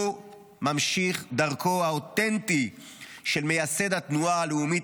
הוא ממשיך דרכו האותנטי של מייסד התנועה הלאומית